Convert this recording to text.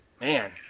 Man